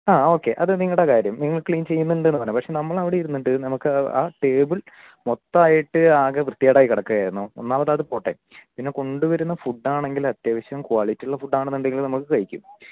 ആ ഓക്കെ അത് നിങ്ങളുടെ കാര്യം നിങ്ങൾ ക്ളീൻ ചെയ്യുന്നുണ്ടെന്ന് പറയും പക്ഷേ നമ്മൾ അവിടെയിരുന്നിട്ട് നമുക്ക് ആ ടേബ്ൾ മൊത്തമായിട്ട് ആകെ വൃത്തികേടായി കിടക്കുകയായിരുന്നു ഒന്നാമത് അത് പോട്ടെ പിന്നെ കൊണ്ട് വരുന്ന ഫുഡാണെങ്കിൽ അത്യാവശ്യം ക്വാളിറ്റിയുള്ള ഫുഡാണെന്ന് ഉണ്ടെങ്കിൽ നമ്മൾ കഴിക്കും